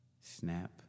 snap